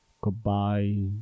Goodbye